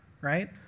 Right